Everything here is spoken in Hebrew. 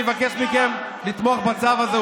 אני מבקש מכם לתמוך בצו הזה,